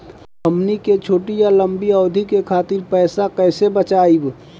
हमन के छोटी या लंबी अवधि के खातिर पैसा कैसे बचाइब?